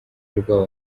rwabo